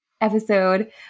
episode